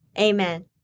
Amen